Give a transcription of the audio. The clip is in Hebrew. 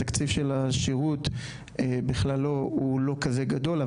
התקציב של השירות בכלל הוא לא כזה גדול.